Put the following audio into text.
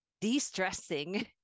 de-stressing